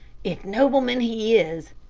if nobleman he is.